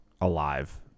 alive